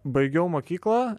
baigiau mokyklą